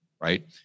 right